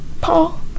Paul